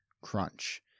Crunch